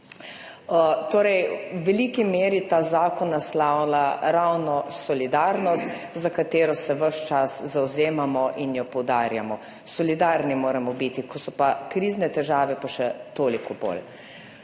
Torej v veliki meri ta zakon naslavlja ravno solidarnost, za katero se ves čas zavzemamo in jo poudarjamo. Solidarni moramo biti, ko so pa krizne težave, pa še toliko bolj.